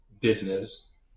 business